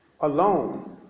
alone